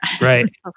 right